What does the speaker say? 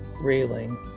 railing